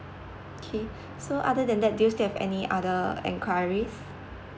okay so other than that do you still have any other enquiries